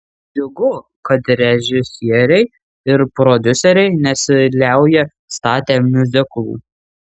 džiugu kad režisieriai ir prodiuseriai nesiliauja statę miuziklų